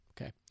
Okay